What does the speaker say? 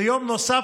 ויום נוסף,